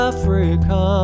Africa